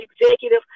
executive